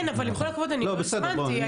כן, אבל עם כל הכבוד, אני לא הזמנתי אותו.